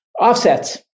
Offsets